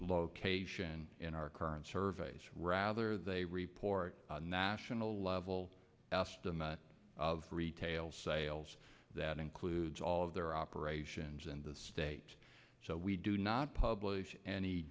location in our current surveys rather they report national level estimate of retail sales that includes all of their operations in the state so we do not publish any